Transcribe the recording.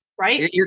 Right